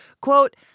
Quote